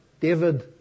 David